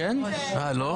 --- מה לא?